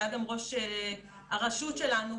שהיה גם ראש הרשות שלנו,